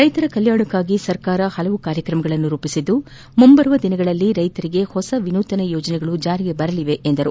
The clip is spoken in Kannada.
ರೈತರ ಕಲ್ಯಾಣಕ್ಕಾಗಿ ಸರ್ಕಾರ ಹಲವಾರು ಕಾರ್ಯಕ್ರಮಗಳನ್ನು ರೂಪಿಸಿದ್ದು ಮುಂದಿನ ದಿನಗಳಲ್ಲಿ ರೈತರಿಗೆ ಹೊಸ ವಿನೂತನ ಯೋಜನೆಗಳು ಜಾರಿಗೆ ಬರಲಿವೆ ಎಂದರು